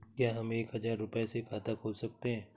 क्या हम एक हजार रुपये से खाता खोल सकते हैं?